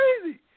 crazy